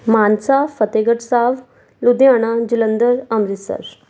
Mansa Fatehgarh Sahib Ludhiana Jalandhar Amritsar